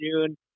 June